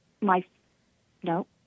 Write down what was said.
my—no